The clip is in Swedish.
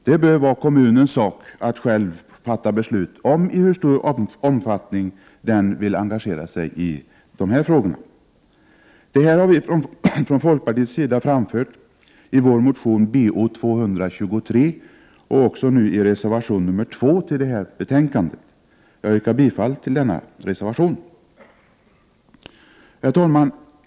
Det bör vara kommunens sak att själv fatta beslut om i hur stor omfattning den vill engagera sig i dessa frågor. Detta har vi från folkpartiet framfört i vår motion Bo223 och även nu i reservation nr 2 till detta betänkande. Jag yrkar bifall till denna reservation. Herr talman!